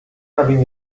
rubbing